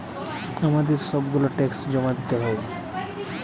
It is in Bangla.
আমাদের সব গুলা ট্যাক্স জমা দিতে হয়